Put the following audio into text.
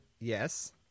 Yes